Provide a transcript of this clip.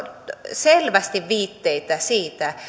selvästi viitteitä siitä